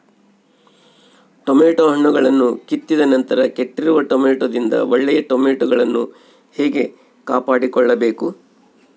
Tomato ಹಣ್ಣುಗಳನ್ನು ಕಿತ್ತಿದ ನಂತರ ಕೆಟ್ಟಿರುವ ಟೊಮೆಟೊದಿಂದ ಒಳ್ಳೆಯ ಟೊಮೆಟೊಗಳನ್ನು ಹೇಗೆ ಕಾಪಾಡಿಕೊಳ್ಳಬೇಕು?